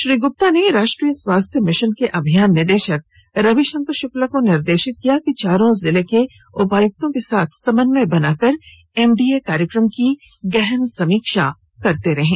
श्री गुप्ता ने राष्ट्रीय स्वास्थ्य मिशन के अभियान निदेशक रवि शंकर शुक्ला को निर्देशित किया कि चारों जिले के उपायुक्तों के साथ समन्वय बनाकर एमडीए कार्यक्रम की गहन समीक्षा करते रहें